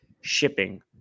shipping